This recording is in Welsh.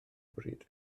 bryd